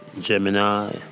Gemini